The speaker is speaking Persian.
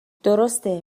درسته